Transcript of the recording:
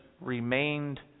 remained